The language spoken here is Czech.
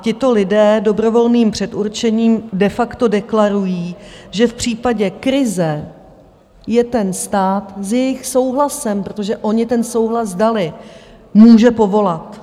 Tito lidé dobrovolným předurčením de facto deklarují, že v případě krize je stát s jejich souhlasem, protože oni ten souhlas dali, může povolat.